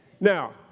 Now